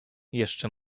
jeszcze